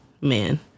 Man